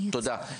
תודה.